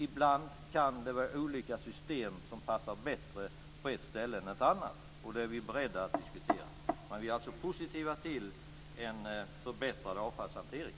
Ibland kan det vara olika system som passar bättre på ett ställe än på ett annat. Det är vi beredda att diskutera. Men vi är alltså positiva till en förbättrad avfallshantering.